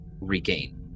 regain